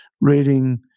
reading